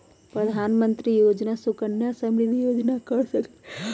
प्रधानमंत्री योजना सुकन्या समृद्धि योजना कर सकलीहल?